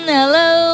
Hello